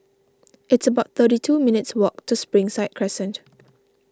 it's about thirty two minutes' walk to Springside Crescent